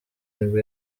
nibwo